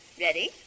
Ready